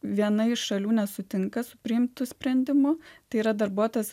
viena iš šalių nesutinka su priimtu sprendimu tai yra darbuotojas